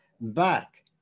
back